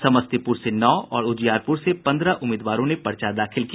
समस्तीपूर से नौ और उजियारपूर से पन्द्रह उम्मीदवारों ने पर्चा दाखिल किया